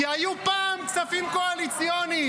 כי היו פעם כספים קואליציוניים.